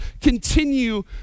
continue